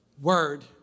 word